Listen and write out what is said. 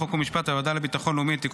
חוק ומשפט והוועדה לביטחון לאומי לתיקון